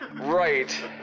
Right